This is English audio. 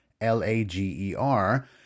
L-A-G-E-R